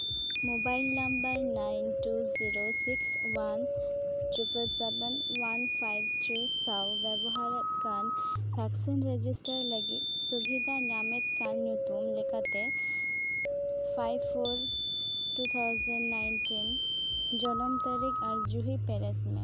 mobile number nine two zero six one triple seven one five three ᱥᱟᱶ ᱵᱮᱵᱚᱦᱟᱨᱮᱫ ᱠᱟᱱ vaccine register ᱞᱟᱹᱜᱤᱫ ᱥᱩᱵᱤᱫᱷᱟ ᱧᱟᱢᱮᱫ ᱠᱟᱱ ᱧᱩᱛᱩᱢ ᱞᱮᱠᱟᱛᱮ five four two thousand nineteen ᱡᱚᱱᱚᱢ ᱛᱟᱹᱨᱤᱠᱷ ᱟᱨ ᱡᱩᱦᱤ ᱯᱮᱨᱮᱡᱽ ᱢᱮ